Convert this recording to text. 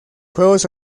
juegos